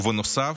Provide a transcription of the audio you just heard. בנוסף,